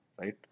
right